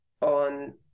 on